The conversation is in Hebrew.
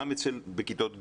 גם בכיתות ג',